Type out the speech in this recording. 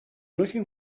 looking